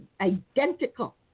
identical